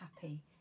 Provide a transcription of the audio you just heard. happy